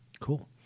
Cool